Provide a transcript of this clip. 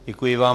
Děkuji vám.